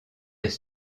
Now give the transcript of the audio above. des